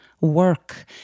work